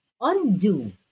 undo